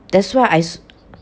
that's why I